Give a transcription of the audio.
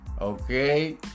Okay